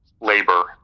labor